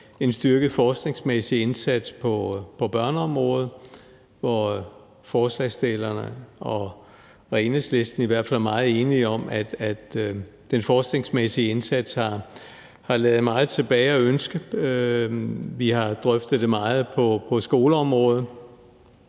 en styrket forskningsmæssig indsats på børneområdet, hvor forslagsstillerne og Enhedslisten i hvert fald er meget enige om, at den forskningsmæssige indsats har ladet meget tilbage at ønske, og vi har drøftet det meget på skoleområdet,